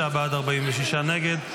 35 בעד, 46 נגד.